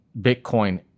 Bitcoin